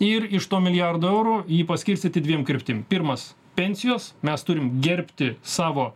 ir iš to milijardo eurų jį paskirstyti dviem kryptim pirmas pensijos mes turim gerbti savo